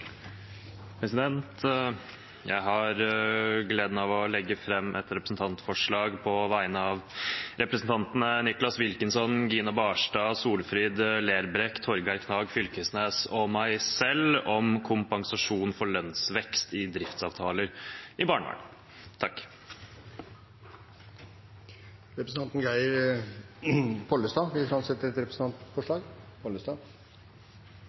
Jeg har gleden av å legge fram et representantforslag på vegne av representantene Nicholas Wilkinson, Gina Barstad, Solfrid Lerbrekk, Torgeir Knag Fylkesnes og meg selv om kompensasjon for lønnsvekst i driftsavtaler i barnevernet. Representanten Geir Pollestad vil framsette et